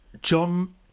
John